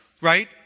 right